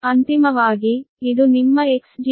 ಆದ್ದರಿಂದ ಅಂತಿಮವಾಗಿ ಇದು ನಿಮ್ಮ 0